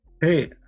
Hey